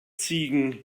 ziegen